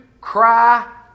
cry